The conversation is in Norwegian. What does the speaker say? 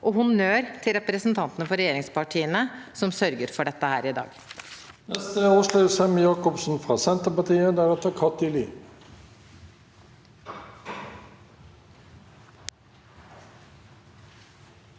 gir honnør til representantene fra regjeringspartiene som sørger for dette i dag.